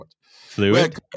fluid